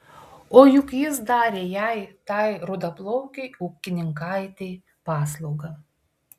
o juk jis darė jai tai rudaplaukei ūkininkaitei paslaugą